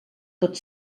tot